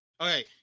Okay